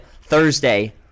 Thursday